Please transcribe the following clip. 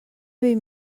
vint